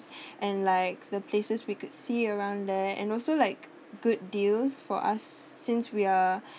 and like the places we could see around there and also like good deals for us since we are